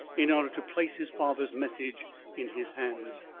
in order to place his father's message in his hands.